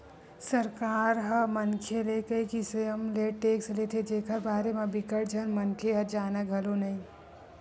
सरकार ह मनखे ले कई किसम ले टेक्स लेथे जेखर बारे म बिकट झन मनखे ह जानय घलो नइ